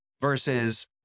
Versus